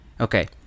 okay